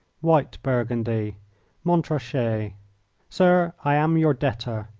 white burgundy montrachet sir, i am your debtor!